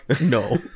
No